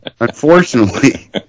Unfortunately